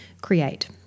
create